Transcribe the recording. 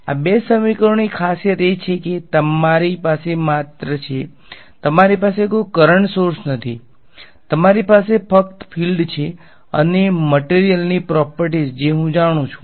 આ બે સમીકરણોની ખાસીયત એ છે કે તમારી પાસે માત્ર છે તમારી પાસે કોઈ કરંટ સોર્સ નથી તમારી પાસે ફક્ત ફિલ્ડ્સ છે અને મટેરીયલ્સ ની પ્રોપર્ટીઝ જે હુ જાણુ છુ